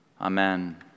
Amen